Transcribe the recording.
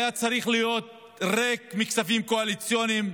הוא היה צריך להיות ריק מכספים קואליציוניים,